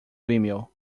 vimeo